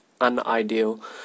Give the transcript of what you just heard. unideal